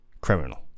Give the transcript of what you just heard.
Criminal